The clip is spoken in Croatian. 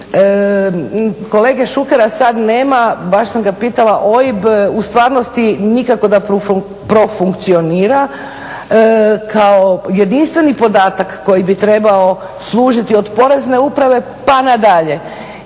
Kolege Šukera sad nema, baš sam ga pitala OIB. U stvarnosti nikako da profunkcionira kao jedinstveni podatak koji bi trebao služiti od Porezne uprave pa nadalje.